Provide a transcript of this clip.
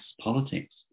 politics